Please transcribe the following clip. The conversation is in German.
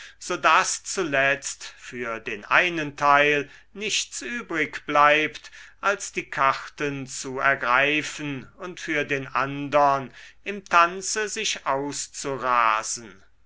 daß zuletzt für den einen teil nichts übrig bleibt als die karten zu ergreifen und für den andern im tanze sich auszurasen